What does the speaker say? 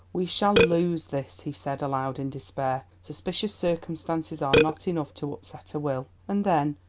we shall lose this, he said aloud in despair suspicious circumstances are not enough to upset a will, and then,